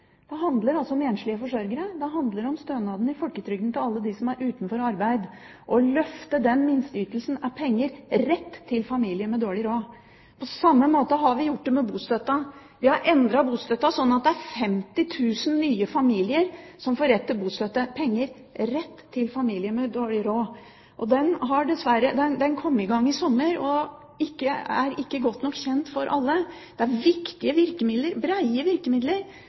det bare handler om alderspensjon. Det handler altså om enslige forsørgere, og det handler om stønadene i folketrygden til alle dem som er uten arbeid. Å løfte den minsteytelsen er penger rett til familier med dårlig råd. Det samme har vi gjort med bostøtta. Vi har endret bostøtta, slik at det er 50 000 nye familier som får rett til bostøtte – penger rett til familier med dårlig råd. Dette kom i gang i sommer og er ikke godt nok kjent av alle. Det er viktige virkemidler, breie virkemidler.